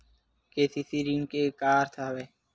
KCC ऋण के का अर्थ हवय?